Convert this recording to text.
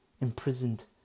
imprisoned